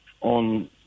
on